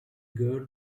girl